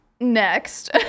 next